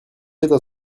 état